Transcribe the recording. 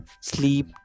sleep